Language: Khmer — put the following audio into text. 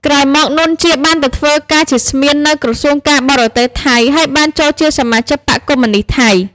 ក្រោយមក នួន ជា បានទៅធ្វើការជាស្មៀន នៅក្រសួងការបរទេសថៃ ហើយបានចូលជាសមាជិកបក្សកុម្មុយនិស្តថៃ។